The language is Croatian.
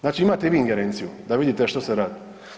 Znači imate i vi ingerenciju da vidite što se radi.